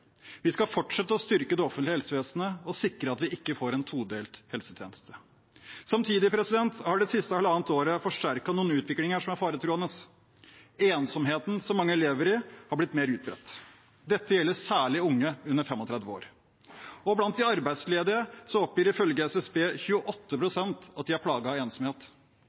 Vi skal fortsette å styrke det offentlige helsevesenet og sikre at vi ikke får en todelt helsetjeneste. Samtidig har det siste halvannet året forsterket noen utviklinger som er faretruende. Ensomheten som mange lever i, har blitt mer utbredt. Dette gjelder særlig unge under 35 år. Og blant de arbeidsledige oppgir ifølge SSB 28 pst. at de er plaget av ensomhet.